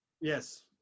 Yes